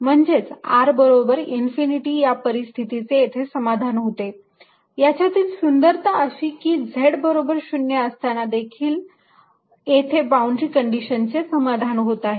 म्हणजेच r बरोबर infinity या परिस्थितीचे येथे समाधान होते याच्यातील सुंदरता अशी की z बरोबर 0 असताना देखील येथे बाउंड्री कंडिशन चे समाधान होत आहे